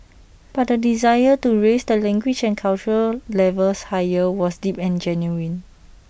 but the desire to raise the language and cultural levels higher was deep and genuine